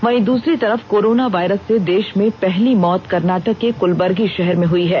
वहीं दूसरी तरफ कोरोना वायरस से देष में पहली मौत कर्नाटक के क्लबर्गी षहर में हुई है